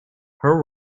her